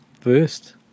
first